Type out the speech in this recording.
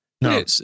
No